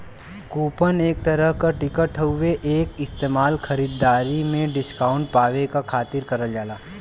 coupon एक तरह क टिकट हउवे एक इस्तेमाल खरीदारी में डिस्काउंट पावे क खातिर करल जाला